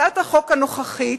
הצעת החוק הנוכחית